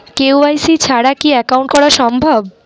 KYC ছাড়া কি account করা সম্ভব?